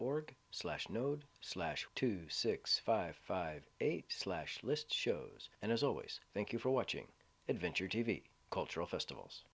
org slash node slash two six five five eight slash list shows and as always thank you for watching adventure t v cultural festivals